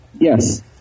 Yes